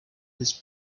his